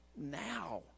now